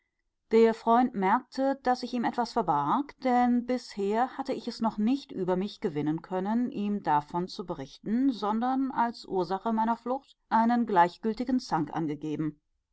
der freund merkte daß ich ihm etwas verbarg denn bisher hatte ich es noch nicht über mich gewinnen können ihm davon zu berichten sondern als ursache meiner flucht einen gleichgültigen zank angegeben